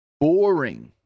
boring